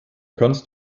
kannst